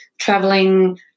traveling